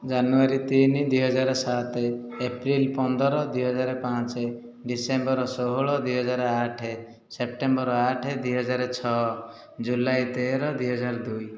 ଜାନୁଆରୀ ତିନି ଦୁଇହଜାର ସାତ ଏପ୍ରିଲ ପନ୍ଦର ଦୁଇହଜାର ପାଞ୍ଚ ଡିସେମ୍ବର ଷୋହଳ ଦୁଇ ହଜାର ଆଠ ସେପ୍ଟେମ୍ବର ଆଠ ଦୁଇହଜାର ଛଅ ଜୁଲାଇ ତେର ଦୁଇହଜାର ଦୁଇ